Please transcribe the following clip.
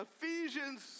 Ephesians